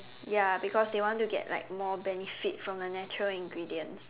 ya because they want to get like more benefit from the natural ingredients